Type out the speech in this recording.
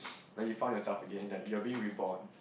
like you found yourself again that you are being reborn